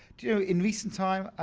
you know in recent time,